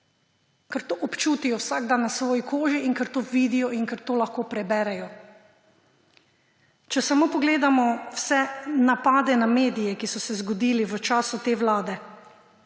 Ker to občutijo vsak dan na svoji koži in ker to vidijo in ker to lahko preberejo. Če samo pogledamo vse napade na medije, ki so se zgodili v času te vlade,